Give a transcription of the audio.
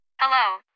Hello